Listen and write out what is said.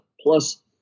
plus